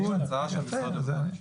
יש הצעה של משרד הביטחון.